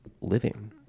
living